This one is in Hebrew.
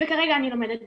וכרגע אני לומדת בזום.